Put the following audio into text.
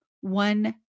one